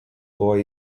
buvo